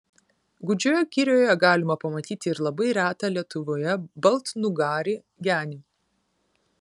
gūdžioje girioje galima pamatyti ir labai retą lietuvoje baltnugarį genį